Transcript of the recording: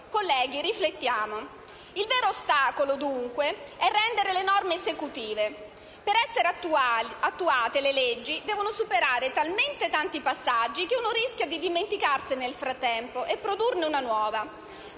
Colleghi, riflettiamo. Il vero ostacolo, dunque, è rendere le norme esecutive. Per essere attuate, le leggi devono superare talmente tanti passaggi che nel frattempo si rischia di dimenticarsele e produrne di nuove.